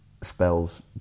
spells